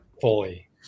fully